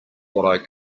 what